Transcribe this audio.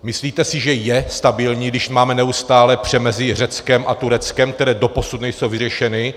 Myslíte si, že je stabilní, když máme neustálé pře mezi Řeckem a Tureckem, které doposud nejsou vyřešeny?